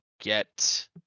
get